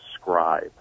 scribe